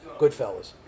Goodfellas